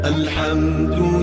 Alhamdulillah